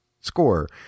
score